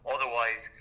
Otherwise